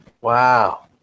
Wow